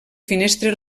finestres